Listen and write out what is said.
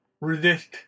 resist